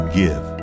give